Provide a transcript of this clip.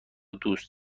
دوست